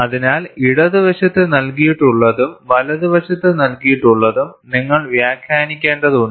അതിനാൽ ഇടതുവശത്ത് നൽകിയിട്ടുള്ളതും വലതുവശത്ത് നൽകിയിട്ടുള്ളതും നിങ്ങൾ വ്യാഖ്യാനിക്കേണ്ടതുണ്ട്